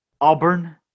Auburn